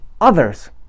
others